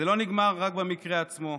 זה לא נגמר רק במקרה עצמו,